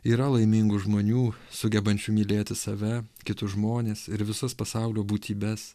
yra laimingų žmonių sugebančių mylėti save kitus žmones ir visas pasaulio būtybes